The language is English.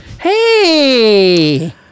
Hey